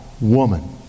woman